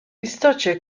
istocie